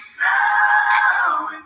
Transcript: now